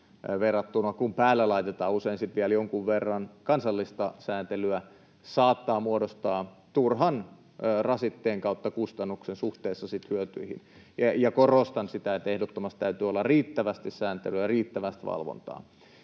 verrattuna, kun päälle laitetaan usein vielä jonkun verran kansallista sääntelyä, saattaa muodostaa turhan rasitteen/kustannuksen suhteessa hyötyihin. Korostan sitä, että ehdottomasti täytyy olla riittävästi sääntelyä ja riittävästi valvontaa.